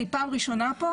אני פעם ראשונה פה